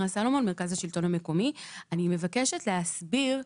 אני מבקשת להסביר,